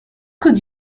could